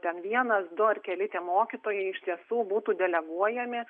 ten vienas du ar keli tie mokytojai iš tiesų būtų deleguojami